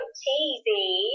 cheesy